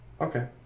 Okay